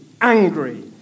angry